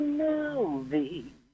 movie